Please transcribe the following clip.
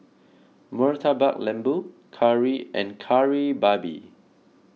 Murtabak Lembu Curry and Kari Babi